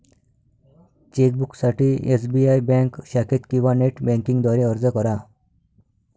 चेकबुकसाठी SBI bank शाखेत किंवा नेट बँकिंग द्वारे अर्ज करा